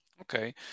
Okay